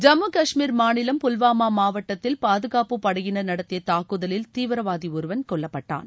ஜம்மு கஷ்மீர் மாநிலம் புல்வாமா மாவட்டத்தில் பாதுகாப்பு படையினர் நடத்திய தாக்குதலில் தீவிரவாதி ஒருவன் கொல்லப்பட்டான்